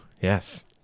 yes